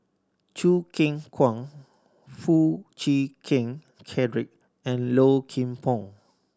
Choo Keng Kwang Foo Chee Keng Cedric and Low Kim Pong